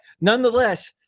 nonetheless